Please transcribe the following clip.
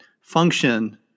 function